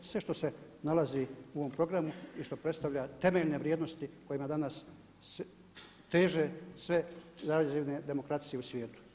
Sve što se nalazi u ovom programu i što predstavlja temeljne vrijednosti kojima danas teže sve … demokracije u svijetu.